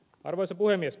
arvoisa puhemies